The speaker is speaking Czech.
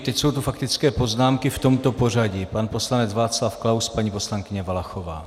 Teď jsou tu faktické poznámky v tomto pořadí: pan poslanec Václav Klaus, paní poslankyně Valachová.